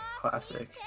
Classic